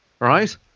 right